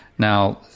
Now